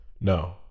no